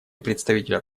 представителя